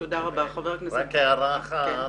רק הערה אחת,